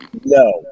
No